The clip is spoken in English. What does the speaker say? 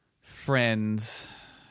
friends